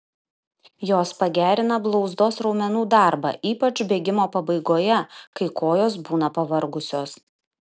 jos pagerina blauzdos raumenų darbą ypač bėgimo pabaigoje kai kojos būna pavargusios